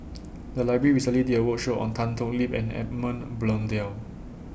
The Library recently did A roadshow on Tan Thoon Lip and Edmund Blundell